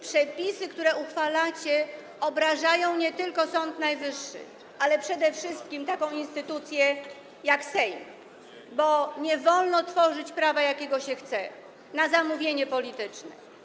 Przepisy, które uchwalacie, obrażają nie tylko Sąd Najwyższy, ale przede wszystkim taką instytucję jak Sejm, bo nie wolno tworzyć prawa, jakiego się chce, na zamówienie polityczne.